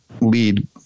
lead